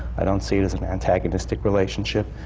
i don't see it as an antagonistic relationship.